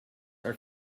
are